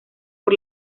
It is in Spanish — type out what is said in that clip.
por